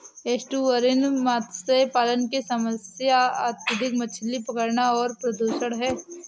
estuarine मत्स्य पालन की समस्या अत्यधिक मछली पकड़ना और प्रदूषण है